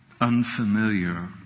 unfamiliar